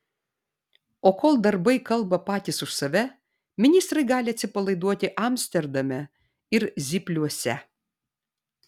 o kol darbai kalba patys už save ministrai gali atsipalaiduoti amsterdame ir zypliuose